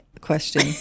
question